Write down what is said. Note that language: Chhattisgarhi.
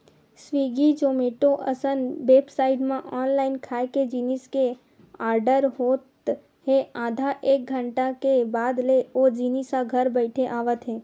स्वीगी, जोमेटो असन बेबसाइट म ऑनलाईन खाए के जिनिस के आरडर होत हे आधा एक घंटा के बाद ले ओ जिनिस ह घर बइठे आवत हे